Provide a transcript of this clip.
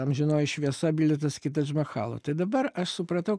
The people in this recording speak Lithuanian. amžinoji šviesa bilietas iki tadžmachalo tai dabar aš supratau